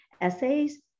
essays